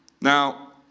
Now